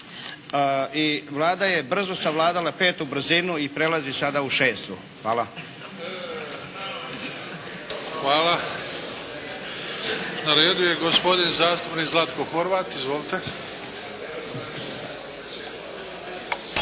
I Vlada je brzo savladala petu brzinu i prelazi sada u šestu. Hvala. **Bebić, Luka (HDZ)** Hvala. Na redu je gospodin zastupnik Zlatko Horvat. Izvolite.